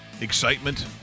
excitement